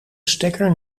stekker